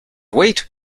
wait